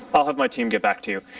ah have my team get back to you.